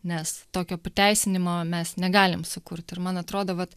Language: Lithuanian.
nes tokio pateisinimo mes negalim sukurti ir man atrodo vat